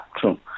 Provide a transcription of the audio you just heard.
true